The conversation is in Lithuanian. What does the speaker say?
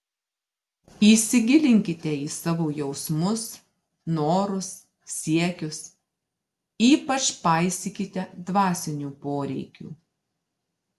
įsigilinkite į savo jausmus norus siekius ypač paisykite dvasinių poreikių